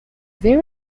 there